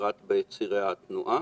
בפרט בצירי התנועה.